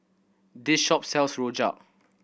this shop sells rojak